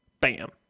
Bam